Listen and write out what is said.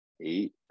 eight